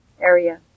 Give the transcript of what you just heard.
area